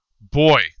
boy